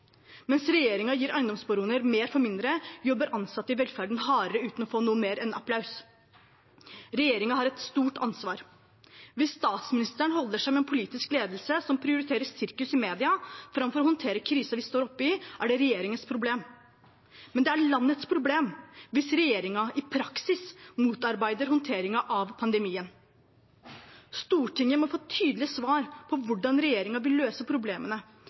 Mens regjeringen gir eiendomsbaroner mer for mindre, jobber ansatte i velferden hardere uten å få noe mer enn applaus. Regjeringen har et stort ansvar. Hvis statsministeren holder seg med en politisk ledelse som prioriterer sirkus i media framfor å håndtere krisen vi står oppe i, er det regjeringens problem. Men det er landets problem hvis regjeringen i praksis motarbeider håndteringen av pandemien. Stortinget må få tydelige svar på hvordan regjeringen vil løse problemene